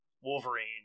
Wolverine